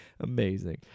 Amazing